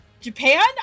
Japan